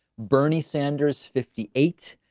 bernie sanders fifty eight,